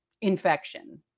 infection